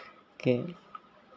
ते